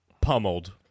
pummeled